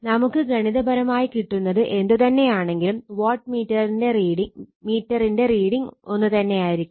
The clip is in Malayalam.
നമുക്ക് ഗണിതപരമായി കിട്ടുന്നത് എന്തുതന്നെയാണെങ്കിലും വാട്ട് മീറ്ററിന്റെ റീഡിങ് ഒന്ന് തന്നെയായിരിക്കും